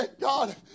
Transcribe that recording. God